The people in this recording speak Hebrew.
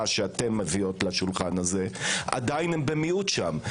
שאתן מביאות לשולחן הזה הם במיעוט שם.